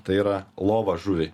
tai yra lova žuviai